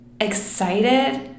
excited